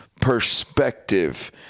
perspective